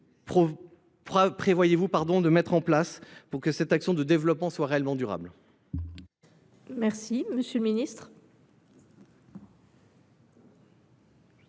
prévoyez vous de mettre en place pour que cette action de développement soit réellement durable ? La parole est à M. le ministre.